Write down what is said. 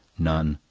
none,